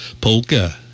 Polka